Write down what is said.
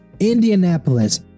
Indianapolis